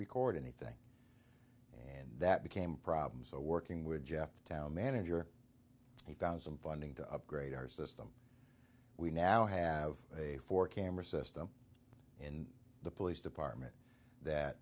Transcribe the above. record anything and that became problem so working with jeff the town manager he found some funding to upgrade our system we now have a four camera system in the police department that